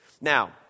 Now